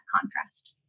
contrast